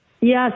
Yes